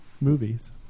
movies